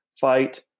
fight